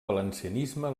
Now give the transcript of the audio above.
valencianisme